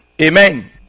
Amen